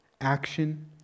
action